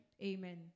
Amen